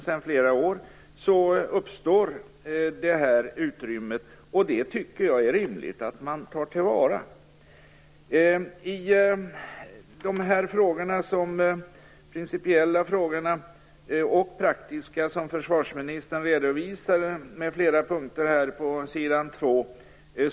Jag tycker att det är rimligt att man tar till vara detta utrymme. Försvarsministern redovisade principiella och praktiska frågor på s. 2 i svaret.